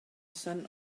sun